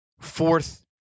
fourth